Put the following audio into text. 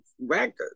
records